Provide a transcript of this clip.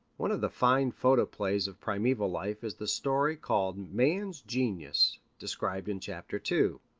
one of the fine photoplays of primeval life is the story called man's genesis, described in chapter two.